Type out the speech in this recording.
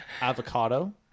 avocado